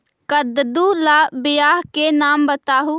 कददु ला बियाह के नाम बताहु?